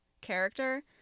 character